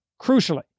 crucially